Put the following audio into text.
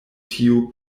tiu